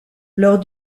lors